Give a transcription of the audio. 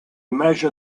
measure